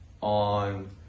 on